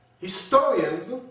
historians